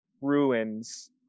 ruins